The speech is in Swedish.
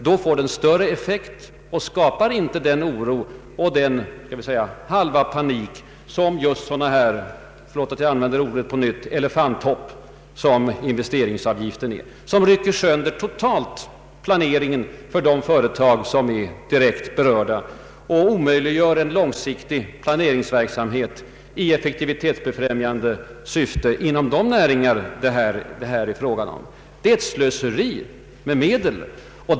Då får den större effekt och skapar inte den oro och den halva panik som sådana här elefanthopp som investeringsavgiften medför och som totalt rycker sönder planeringen för de företag som är direkt berörda och som omöjliggör en långsiktig planeringsverksamhet i effektivitetsbesparande syfte inom de näringar det här är fråga om. Det är ett slöseri med medel.